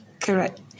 Correct